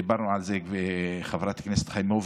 ודיברנו על זה עם חברת הכנסת חיימוביץ'